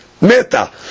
Meta